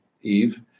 Eve